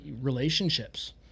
Relationships